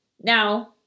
Now